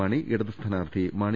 മാണി ഇടത് സ്ഥാനാർത്ഥി മാണി